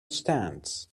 stands